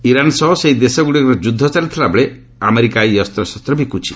Iran ସହ ଏହି ଦେଶଗ୍ରଡ଼ିକର ଯୁଦ୍ଧ ଚାଲିଥିଲାବେଳେ ଆମେରିକା ଏହି ଅସ୍ତ୍ରଶସ୍ତ ବିକୁଛି